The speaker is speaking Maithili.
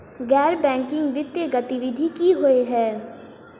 गैर बैंकिंग वित्तीय गतिविधि की होइ है?